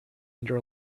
under